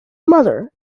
mother